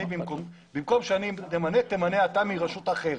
במקום שאני אמנה תמנה אתה מרשות אחרת.